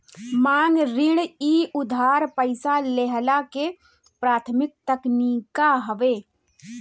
मांग ऋण इ उधार पईसा लेहला के प्राथमिक तरीका हवे